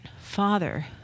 father